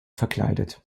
verkleidet